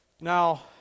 Now